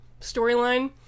storyline